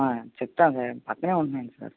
చెప్తాను సార్ పక్కనే ఉంటున్నాను సార్